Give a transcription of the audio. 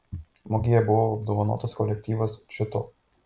mugėje buvo apdovanotas kolektyvas čiūto